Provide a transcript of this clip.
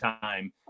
time